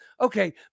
Okay